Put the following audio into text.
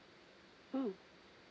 uh